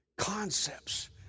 concepts